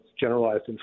generalized